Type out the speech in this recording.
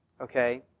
okay